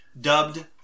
dubbed